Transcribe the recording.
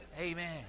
Amen